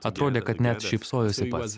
atrodė kad net šypsojosi pats